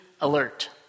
alert